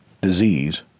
disease